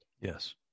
yes